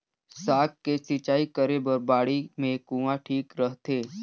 साग के सिंचाई करे बर बाड़ी मे कुआँ ठीक रहथे?